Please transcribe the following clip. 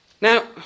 Now